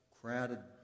crowded